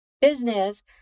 business